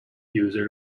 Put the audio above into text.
user